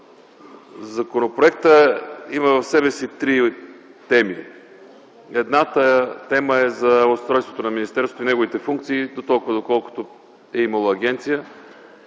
Законопроектът има в себе си три теми. Едната тема е за устройството на министерството и неговите функции дотолкова, доколкото е имало агенция.